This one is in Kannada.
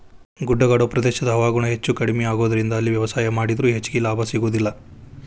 ಗುಡ್ಡಗಾಡು ಪ್ರದೇಶದ ಹವಾಗುಣ ಹೆಚ್ಚುಕಡಿಮಿ ಆಗೋದರಿಂದ ಅಲ್ಲಿ ವ್ಯವಸಾಯ ಮಾಡಿದ್ರು ಹೆಚ್ಚಗಿ ಲಾಭ ಸಿಗೋದಿಲ್ಲ